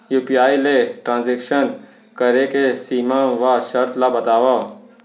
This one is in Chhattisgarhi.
यू.पी.आई ले ट्रांजेक्शन करे के सीमा व शर्त ला बतावव?